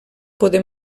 poder